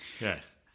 Yes